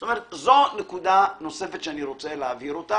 זו נקודה נוספת שאני רוצה להבהיר.